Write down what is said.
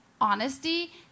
honesty